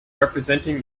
representing